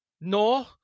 No